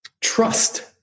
trust